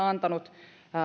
antanut